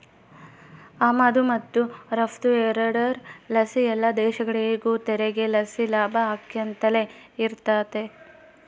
ಆಮದು ಮತ್ತು ರಫ್ತು ಎರಡುರ್ ಲಾಸಿ ಎಲ್ಲ ದೇಶಗುಳಿಗೂ ತೆರಿಗೆ ಲಾಸಿ ಲಾಭ ಆಕ್ಯಂತಲೆ ಇರ್ತತೆ